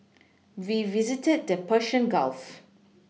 we visited the Persian Gulf